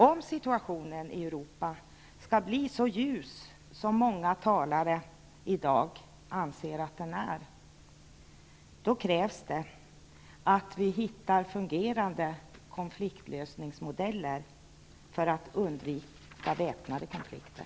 Om situationen i Europa skall kunna bli så ljus som många talare i dag anser att den är, då krävs det att vi hittar fungerande konfliktlösningsmodeller för att undvika väpnade konflikter.